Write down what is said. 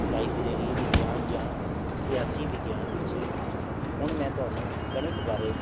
library ਵਿਗਿਆਨ ਜਾਂ ਸਿਆਸੀ ਵਿਗਿਆਨ ਵਿੱਚ ਹੈ ਹੁਣ ਮੈਂ ਤੁਹਾਨੂੰ ਗਣਿਤ ਬਾਰੇ